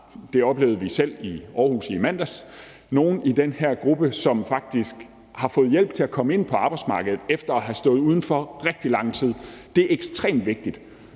det oplevede vi selv Aarhus i mandags – som faktisk har fået hjælp til at komme ind på arbejdsmarkedet efter at have stået udenfor rigtig lang tid, og det er ekstremt vigtigt.